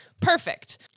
Perfect